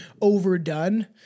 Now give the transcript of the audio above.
overdone